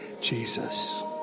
jesus